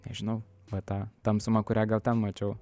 nežinau va tą tamsumą kurią gal ten mačiau